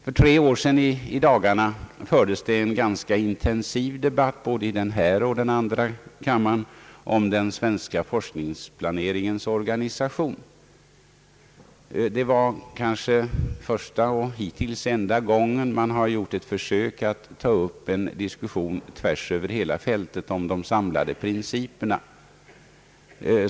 För i dagarna tre år sedan fördes det en ganska intensiv debatt både i denna och i andra kammaren om den svenska forskningsplaneringens organisation. Det var kanske första och hittills enda gången som man har gjort ett försök att ta upp en diskussion tvärs över hela fältet om de samlade principerna.